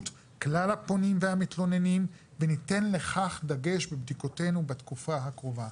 כלל הפונים והמתלוננים וניתן לכך דגש בבדיקותינו בתקופה הקרובה.